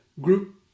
group